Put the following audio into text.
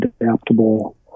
adaptable